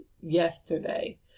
yesterday